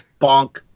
Bonk